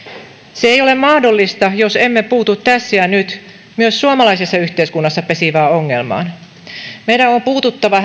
se ei ole mahdollista jos emme puutu tässä ja nyt myös suomalaisessa yhteiskunnassa pesivään ongelmaan meidän on puututtava